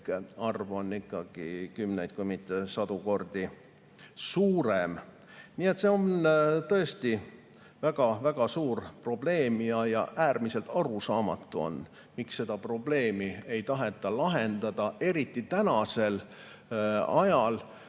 arv on ikkagi kümneid, kui mitte sadu kordi suurem. Nii et see on tõesti väga‑väga suur probleem. Äärmiselt arusaamatu on, miks seda probleemi ei taheta lahendada, eriti praegusel ajal,